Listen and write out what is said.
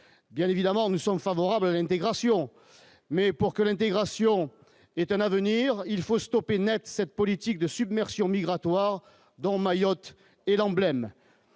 bien évidemment, nous sommes favorables à l'intégration, mais pour que l'intégration est un avenir, il faut stopper Net cette politique de submersion migratoire dont Mayotte et l'emblème,